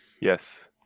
Yes